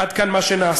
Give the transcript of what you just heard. עד כאן מה שנעשה.